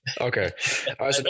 Okay